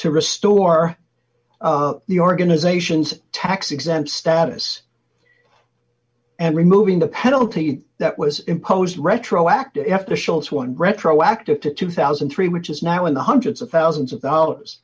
to restore the organization's tax exempt status and removing the penalty that was imposed retroactive aftershocks one retroactive to two thousand and three which is now in the hundreds of thousands of dollars